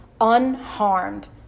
unharmed